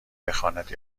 بخواند